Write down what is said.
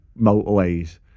motorways